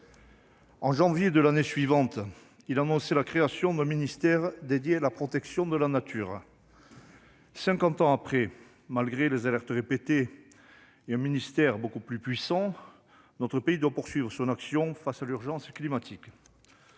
de janvier de l'année suivante, il annonçait la création d'un ministère dédié à la protection de la nature. Cinquante ans plus tard, malgré les alertes répétées et un ministère beaucoup plus puissant, notre pays doit poursuivre son action face à l'urgence climatique.